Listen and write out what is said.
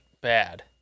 bad